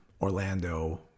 Orlando